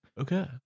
Okay